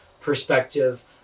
perspective